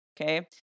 Okay